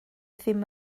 ddim